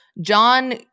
John